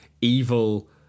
evil